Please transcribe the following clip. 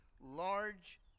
large